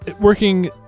working